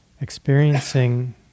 experiencing